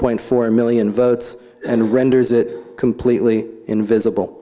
point four million votes and renders it completely invisible